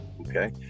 okay